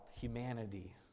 humanity